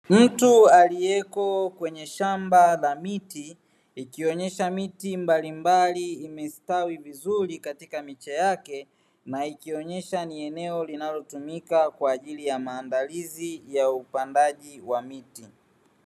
Mtu aliyeko kwenye shamba la miti ikionyesha miti mbalimbali imestawi vizuri katika miche yake na ikiionyesha ni eneo linalotumika kwa ajili ya maandalizi ya upandaji wa miti.